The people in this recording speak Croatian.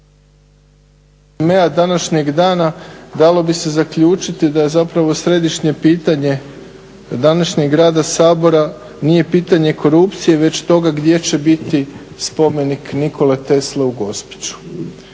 … današnjem dana dalo bi se zaključiti da zapravo središnje pitanje današnjeg rada Sabora nije pitanje korupcije već toga gdje će biti spomenik Nikole Tesle u Gospiću.